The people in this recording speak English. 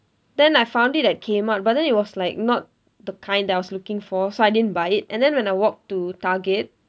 then I found it at kmart but then it was like not the kind that I was looking for so I didn't buy it and then when I walk to target